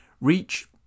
reach